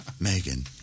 Megan